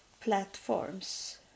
platforms